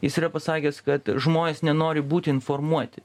jis yra pasakęs kad žmonės nenori būti informuoti